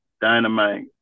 dynamite